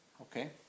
Okay